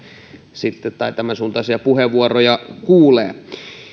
tämänsuuntaisia puheenvuoroja kuulee